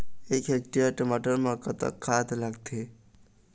एक हेक्टेयर टमाटर म कतक खाद लागथे?